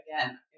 again